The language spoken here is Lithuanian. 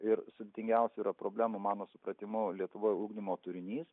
ir sudėtingiausių yra problemų mano supratimu lietuvoje ugdymo turinys